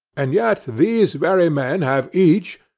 and yet these very men have each,